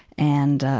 and,